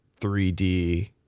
3D